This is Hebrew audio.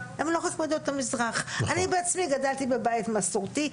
אני בעצמי גדלתי בבית מסורתי.